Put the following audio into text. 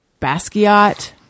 Basquiat